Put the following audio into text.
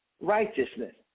righteousness